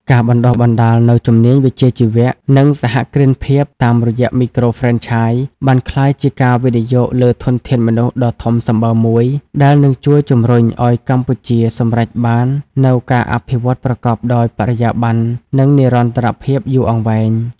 ការបណ្តុះបណ្តាលនូវជំនាញវិជ្ជាជីវៈ និងសហគ្រិនភាពតាមរយៈមីក្រូហ្វ្រេនឆាយ បានក្លាយជាការវិនិយោគលើធនធានមនុស្សដ៏ធំសម្បើមមួយ ដែលនឹងជួយជម្រុញឱ្យកម្ពុជាសម្រេចបាននូវការអភិវឌ្ឍប្រកបដោយបរិយាបន្ន និងនិរន្តរភាពយូរអង្វែង។